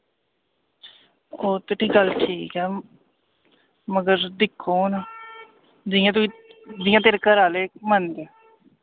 ओ ते गल्ल ठीक ऐ मगर दिक्खो हू'न जि'यां तुस जि'यां तेरे घरेआह्ले मनदे